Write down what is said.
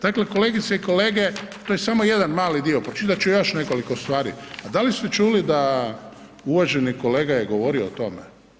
Dakle kolegice i kolege, to je samo jedan mali dio, pročitat još nekoliko stvari a da li ste čuli da uvaženi kolega je govorio o tome?